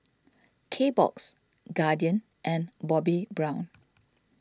Kbox Guardian and Bobbi Brown